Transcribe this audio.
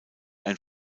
ein